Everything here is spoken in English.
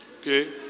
okay